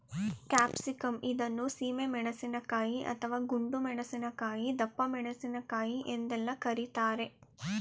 capsicum ಇದನ್ನು ಸೀಮೆ ಮೆಣಸಿನಕಾಯಿ, ಅಥವಾ ಗುಂಡು ಮೆಣಸಿನಕಾಯಿ, ದಪ್ಪಮೆಣಸಿನಕಾಯಿ ಎಂದೆಲ್ಲ ಕರಿತಾರೆ